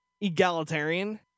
egalitarian